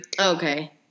Okay